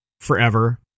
forever